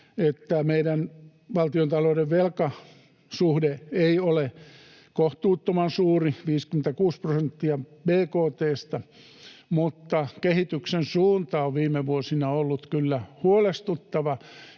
että meidän valtiontalouden velkasuhde ei ole kohtuuttoman suuri, 56 prosenttia bkt:stä, mutta kehityksen suunta on viime vuosina ollut kyllä huolestuttava,